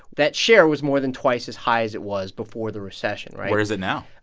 that share was more than twice as high as it was before the recession, right? where is it now?